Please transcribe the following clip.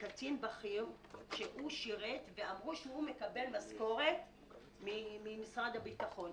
מקצין בכיר על כך שהוא שירת ושהוא מקבל משכורת ממשרד הביטחון.